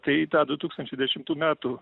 tai į tą du tūkstančiai dešimtų metų